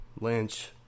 Lynch